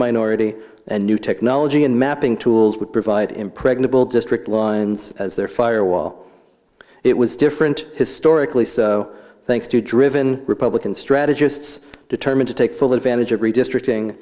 minority and new technology and mapping tools would provide impregnable district lines as their fire wall it was different historically so thanks to driven republican strategists determined to take full advantage of redistricting